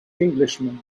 englishman